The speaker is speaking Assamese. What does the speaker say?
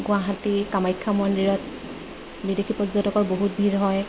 গুৱাহাটী কামাখ্যা মন্দিৰত বিদেশী পৰ্যটকৰ বহুত ভিৰ হয়